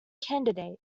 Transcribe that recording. candidate